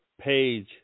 Page